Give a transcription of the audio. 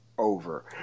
over